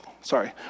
sorry